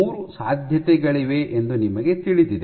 ಮೂರು ಸಾಧ್ಯತೆಗಳಿವೆ ಎಂದು ನಿಮಗೆ ತಿಳಿದಿದೆ